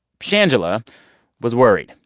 shangela was worried.